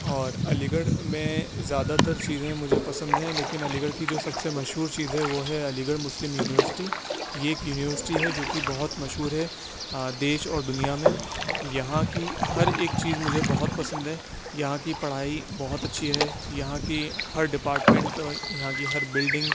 اور علی گڑھ میں زیادہ تر چیزیں مجھے پسند ہیں لیکن علی گڑھ کی جو سب سے مشہور چیز ہے وہ ہے علی گڑھ مسلم یونیورسٹی یہ ایک یونیورسٹی ہے جو کہ بہت مشہور ہے دیش اور دنیا میں یہاں کی ہر ایک چیز مجھے بہت پسند ہے یہاں کی پڑھائی بہت اچھی ہے یہاں کے ہر ڈپارٹمنٹ یہاں کی ہر بلڈنگ